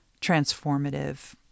transformative